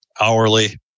hourly